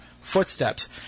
footsteps